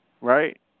Right